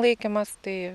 laikymas tai